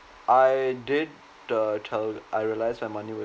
I did the tally I realized my money